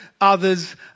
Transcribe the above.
others